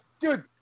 dude